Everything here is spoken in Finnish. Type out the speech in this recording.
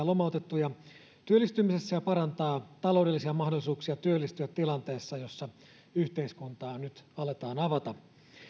lomautettuja työllistymisessä ja parantaa taloudellisia mahdollisuuksia työllistyä tilanteessa jossa yhteiskuntaa nyt aletaan avata